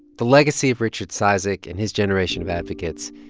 the legacy of richard cizik and his generation of advocates,